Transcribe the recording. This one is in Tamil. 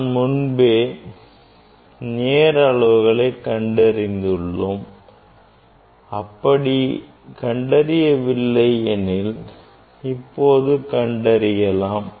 நாம் முன்பே நேர் அளவுகளை கண்டறிந்துள்ளோம் அப்படி கண்டறியவில்லை எனில் இப்போது கண்டறியலாம்